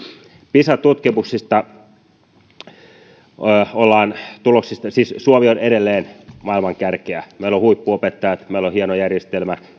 pisa tutkimuksista suomi on edelleen maailman kärkeä meillä on huippuopettajat meillä on hieno järjestelmä